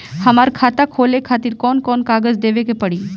हमार खाता खोले खातिर कौन कौन कागज देवे के पड़ी?